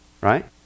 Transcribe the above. right